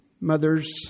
mothers